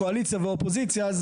ועם הקואליציה והאופוזיציה.